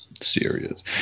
serious